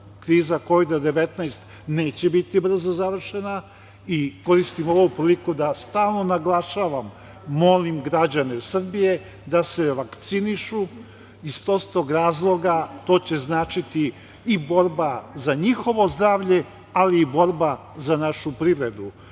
19, neće biti brzo završena i koristim ovu priliku da stalno naglašavam, molim građane Srbije da se vakcinišu iz prostog razloga, to će značiti i borbu za njihovo zdravlje, ali i borba za našu privredu. Ne